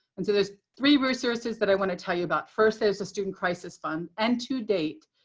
and so there's three resources that i want to tell you about. first, there is a student crisis fund. and to date,